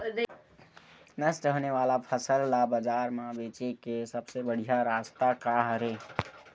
नष्ट होने वाला फसल ला बाजार मा बेचे के सबले बढ़िया रास्ता का हरे?